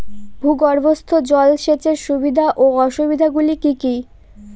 ভূগর্ভস্থ জল সেচের সুবিধা ও অসুবিধা গুলি কি কি?